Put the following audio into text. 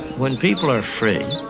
when people are free,